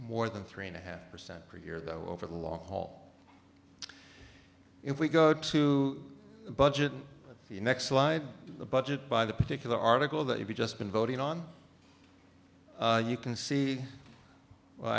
more than three and a half percent per year though over the long haul if we go to budget in the next slide the budget by the particular article that you just been voting on you can see well